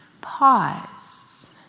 pause